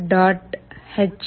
H mbed